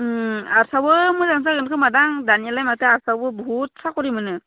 ओम आर्टसावबो मोजांसो जागोन खोमा दां दानियालाय माथो आर्टसावबो बुहुथ साख'रि मोनो